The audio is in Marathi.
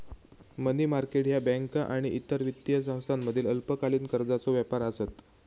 मनी मार्केट ह्या बँका आणि इतर वित्तीय संस्थांमधील अल्पकालीन कर्जाचो व्यापार आसत